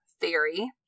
Theory